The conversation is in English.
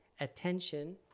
attention